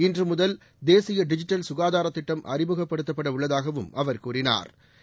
இன்று முதல் தேசிய டிஜிட்டல் சுகாதார திட்டம் அறிமுகப்படுத்தப்பட உள்ளதாகவும் அவர் கூறினாா்